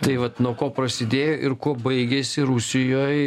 tai vat nuo ko prasidėjo ir kuo baigėsi rusijoj